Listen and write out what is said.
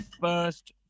first